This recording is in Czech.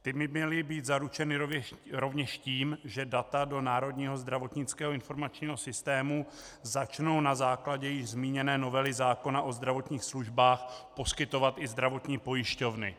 Ta by měly být zaručena rovněž tím, že data do národního zdravotnického informačního systému začnou na základě již zmíněné novely zákona o zdravotních službách poskytovat i zdravotní pojišťovny.